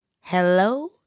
hello